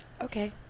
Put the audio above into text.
Okay